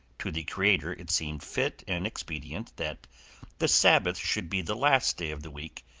to the creator it seemed fit and expedient that the sabbath should be the last day of the week,